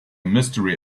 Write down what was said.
mystery